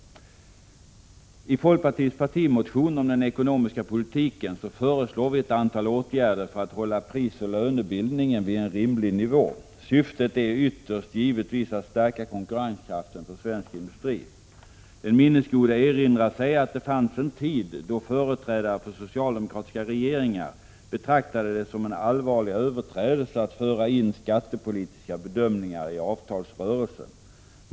I folkpartiets partimotion om den ekonomiska politiken föreslår vi ett antal åtgärder för att hålla prisoch lönebildningen vid en rimlig nivå. Syftet är ytterst givetvis att stärka konkurrenskraften för svensk industri. Den minnesgode erinrar sig att det fanns en tid då företrädare för socialdemokratiska regeringar betraktade det som en allvarlig överträdelse att föra in skattepolitiska bedömningar i avtalsrörelsen.